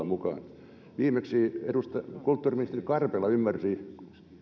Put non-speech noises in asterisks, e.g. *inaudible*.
*unintelligible* mukaan viimeksi kulttuuriministeri karpela ymmärsi